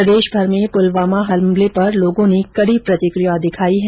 प्रदेशभर में पुलवामा हमले पर लोगों ने कड़ी प्रतिक्रिया दिखाई है